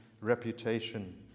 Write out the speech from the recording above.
reputation